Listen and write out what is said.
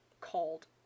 called